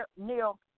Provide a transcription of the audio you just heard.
Neil